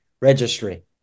Registry